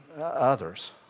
others